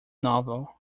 novel